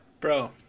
Bro